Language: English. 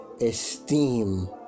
esteem